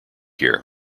here